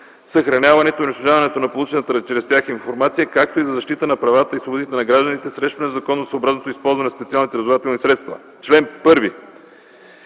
съхраняването и унищожаването на получената чрез тях информация, както и за защита на правата и свободите на гражданите срещу незаконосъобразното използване на специални разузнавателни средства: Чл. 1.